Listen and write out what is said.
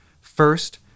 First